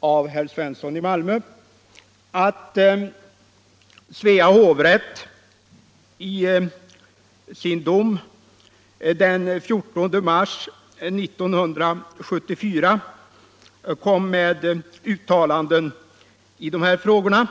av herr Svensson i Malmö — att Svea hovrätt i sin dom den 14 mars 1974 kom med uttalanden i de här frågorna.